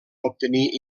obtenir